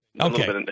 Okay